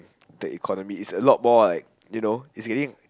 the economy is a lot more like you know it's getting